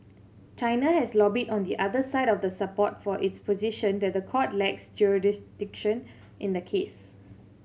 China has lobbied on the other side of the support for its position that the court lacks jurisdiction in the case